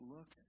Look